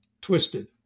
twisted